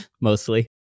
Mostly